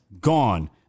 Gone